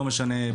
לא משנה,